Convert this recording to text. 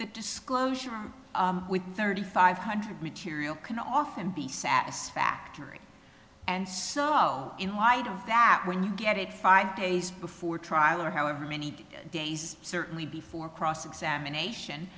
that disclosure with thirty five hundred material can often be satisfactory and so in hiding that when you get it five days before trial or however many days certainly before cross examination